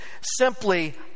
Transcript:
Simply